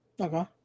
Okay